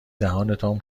دهانتان